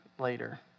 later